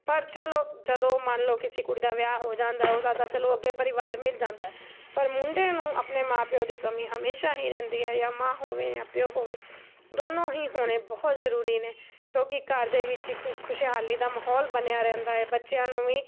ਪਰ ਚਲੋ ਜਦੋਂ ਮੰਨ ਲਓ ਕਿਸੇ ਕੁੜੀ ਦਾ ਵਿਆਹ ਹੋ ਜਾਂਦਾ ਉਹਦਾ ਤਾਂ ਚਲੋ ਅੱਗੇ ਪਰਿਵਾਰ ਮਿਲ ਜਾਂਦਾ ਪਰ ਮੁੰਡੇ ਨੂੰ ਆਪਣੇ ਮਾਂ ਪਿਓ ਦੀ ਕਮੀ ਹਮੇਸ਼ਾ ਹੀ ਰਹਿੰਦੀ ਹੈ ਜਾਂ ਮਾਂ ਹੋਵੇ ਜਾਂ ਪਿਓ ਹੋਵੇ ਦੋਨੋਂ ਹੀ ਹੋਣੇ ਬਹੁਤ ਜ਼ਰੂਰੀ ਨੇ ਕਿਉਂਕਿ ਘਰ ਦੇ ਵਿੱਚ ਹੀ ਖੁਸ਼ ਖੁਸ਼ਹਾਲੀ ਦਾ ਮਾਹੌਲ ਬਣਿਆ ਰਹਿੰਦਾ ਹੈ ਬੱਚਿਆਂ ਨੂੰ ਵੀ